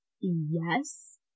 yes